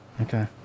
Okay